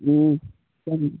ம் சரிங்க